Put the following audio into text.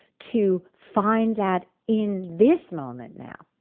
to find that in this moment now,